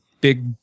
big